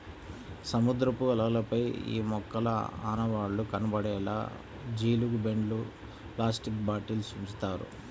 సముద్రపు అలలపై ఈ మొక్కల ఆనవాళ్లు కనపడేలా జీలుగు బెండ్లు, ప్లాస్టిక్ బాటిల్స్ ఉంచుతారు